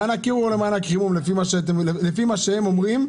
במקום מענק קירור תעשי את זה לפי מה שהם אומרים.